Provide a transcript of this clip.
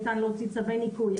ניתן להוציא צווי ניקוי,